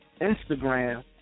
Instagram